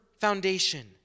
foundation